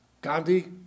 Gandhi